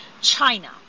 China